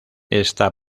está